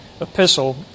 epistle